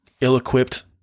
ill-equipped